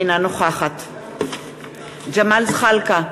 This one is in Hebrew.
אינה נוכחת ג'מאל זחאלקה,